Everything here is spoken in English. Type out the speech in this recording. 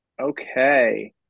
Okay